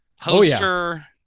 Poster